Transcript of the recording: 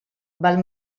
val